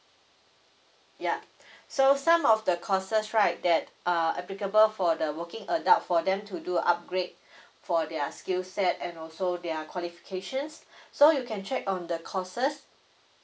ya so some of the courses right that err applicable for the working adult for them to do upgrade for their skill set and also their qualifications so you can check on the courses